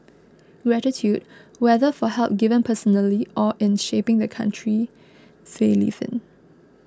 gratitude whether for help given personally or in shaping the country they live in